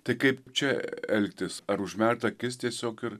tai kaip čia elgtis ar užmerkt akis tiesiog ir